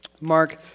Mark